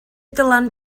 dylan